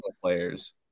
Players